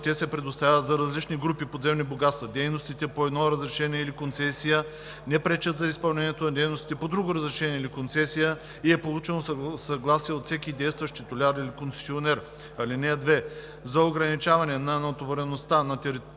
те се предоставят за различни групи подземни богатства, дейностите по едното разрешение или концесия не пречат за изпълнението на дейностите по друго разрешение или концесия и е получено съгласие от всеки действащ титуляр или концесионер. (2) За ограничаване натовареността на територията